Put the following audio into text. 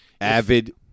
avid